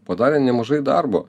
padarė nemažai darbo